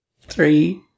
three